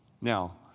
Now